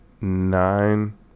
Nine